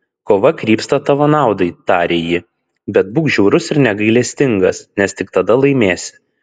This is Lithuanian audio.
kova krypsta tavo naudai tarė ji bet būk žiaurus ir negailestingas nes tik tada laimėsi